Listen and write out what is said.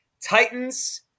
Titans